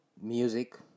music